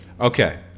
Okay